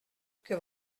que